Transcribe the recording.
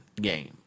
game